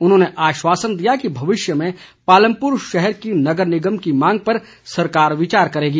उन्होंने आश्वासन दिया कि भविष्य में पालमपुर शहर की नगर निगम की मांग पर सरकार विचार करेगी